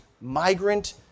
migrant